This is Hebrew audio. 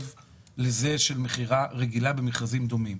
לזה של מכירה רגילה במכרזים דומים,